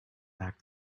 back